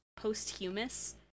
Posthumous